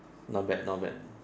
not bad not bad